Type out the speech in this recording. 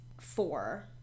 four